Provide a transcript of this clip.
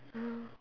ya